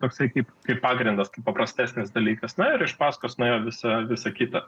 apsakyti kaip pagrindas paprastesnis dalykas na ir išpasakos nuėjo visą visą kitą